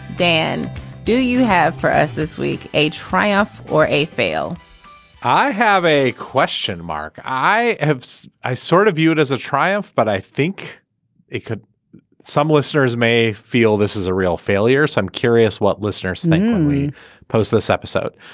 dan do you have for us this week a triumph or a fail i have a question mark. i have. i sort of view it as a triumph but i think it could some listeners may feel this is a real failure so i'm curious what listeners saying when we post this episode.